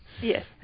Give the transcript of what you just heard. Yes